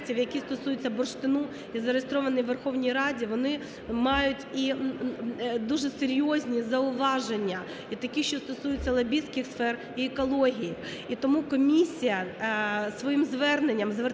вони мають дуже серйозні зауваження і такі, що стосуються лобістських сфер і екології. І тому комісія своїм зверненням звертається